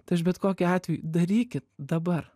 tai aš bet kokiu atveju darykit dabar